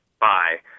bye